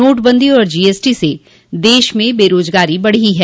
नोटबंदी और जीएसटी से देश में बेरोजगारी बढ़ी है